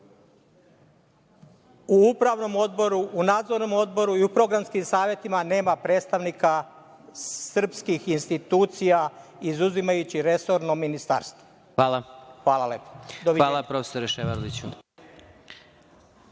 u upravnom odboru, u nadzornom odboru i u programskim savetima nema predstavnika srpskih institucija, izuzimajući resorno ministarstvo. Hvala lepo. **Vladimir Marinković** Hvala, profesore Ševarliću. Reč